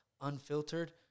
unfiltered